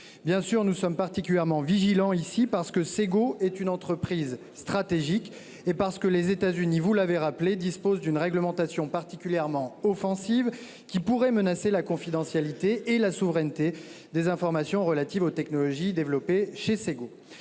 Bien sûr, nous sommes particulièrement vigilants, parce que Segault est une entreprise stratégique et parce que les États-Unis, comme vous l'avez rappelé, disposent d'une réglementation particulièrement offensive, qui pourrait menacer la confidentialité et la souveraineté des informations relatives aux technologies développées par Segault.